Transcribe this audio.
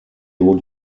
would